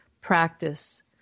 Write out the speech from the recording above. practice